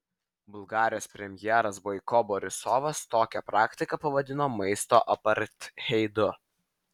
bulgarijos premjeras boiko borisovas tokią praktiką pavadino maisto apartheidu